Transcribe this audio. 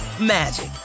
magic